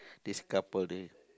this couple eh